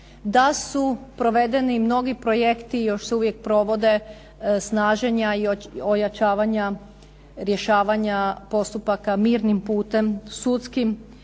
da su provedeni i mnogi projekti i još se uvijek provode snaženja i ojačavanja rješavanja postupaka mirnim putem, sudskim